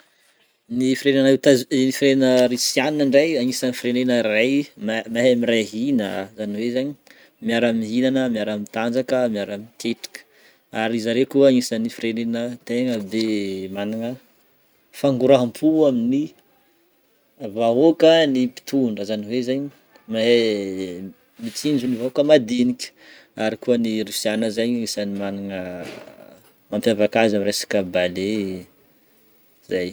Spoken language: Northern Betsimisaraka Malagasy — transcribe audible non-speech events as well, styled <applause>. Ny firenena Etazo- ny firenena Rosianina ndray agnisan'ny firenena ray ma- mahay miray hina, zany hoe zegny miara-mihinagna, miara-mitanjaka, miara- miketrika ary zareo koa agnisa'nyy firenena tegna be magnana fangorahampo amin'ny vahoaka ny mpitondra zany hoe zegny mahay <hesitation> mitsinjo ny vahoaka madinika. Ary koa ny Rosianina zegny isan'ny magnana mampiavaka azy amin'ny resaka ballet, zay.